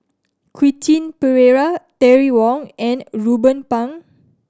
Quentin Pereira Terry Wong and Ruben Pang